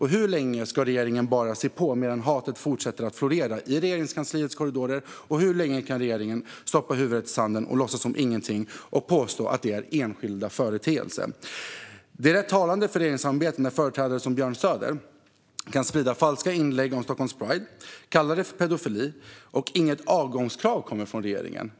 Hur länge ska regeringen bara se på medan hatet fortsätter att florera i Regeringskansliets korridorer, och hur länge kan regeringen stoppa huvudet i sanden och låtsas som ingenting och påstå att det handlar om enskilda företeelser? Det är rätt talande för regeringssamarbetet när företrädare som Björn Söder kan sprida falska inlägg om Stockholm Pride och kalla det för pedofili och att inget avgångskrav kommer från regeringen.